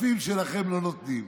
השותפים שלכם לא נותנים.